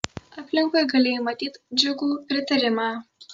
aplinkui galėjai matyt džiugų pritarimą